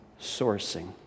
sourcing